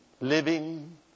living